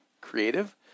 creative